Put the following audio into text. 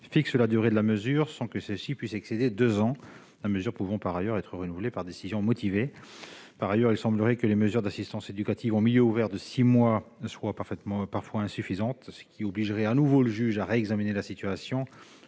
fixe la durée de la mesure, sans que celle-ci puisse excéder deux ans. La mesure peut par ailleurs être renouvelée par décision motivée. En outre, il semblerait que les mesures d'assistance éducative en milieu ouvert de six mois soient parfois insuffisantes, ce qui obligerait le juge à réexaminer la situation.